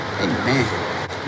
amen